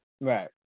Right